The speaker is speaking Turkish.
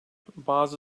bazı